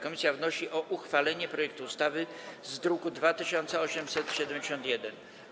Komisja wnosi o uchwalenie projektu ustawy z druku nr 2871.